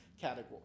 category